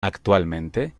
actualmente